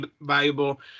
valuable